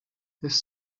his